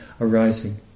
arising